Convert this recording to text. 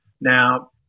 Now